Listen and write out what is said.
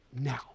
Now